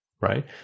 right